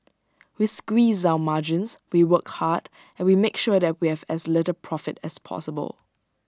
we squeeze our margins we work hard and we make sure that we have as little profit as possible